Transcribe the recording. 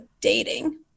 dating